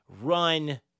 run